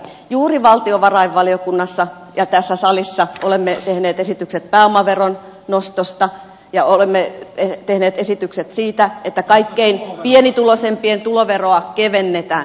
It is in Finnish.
juuri valtiovarainvaliokunnassa ja tässä salissa olemme tehneet esitykset pääomaveron nostosta ja olemme tehneet esitykset siitä että kaikkein pienituloisimpien tuloveroa kevennetään